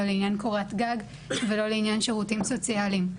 לא לעניין קורת גג ולא לעניין שירותים סוציאליים,